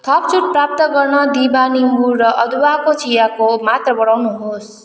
थप छुट प्राप्त गर्न दिभा निम्बु र अदुवाको चियाको मात्रा बढाउनुहोस्